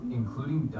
including